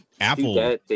apple